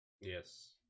Yes